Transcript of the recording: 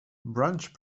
branch